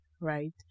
right